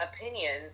opinion